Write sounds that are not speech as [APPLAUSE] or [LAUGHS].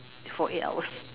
for eight hours [LAUGHS]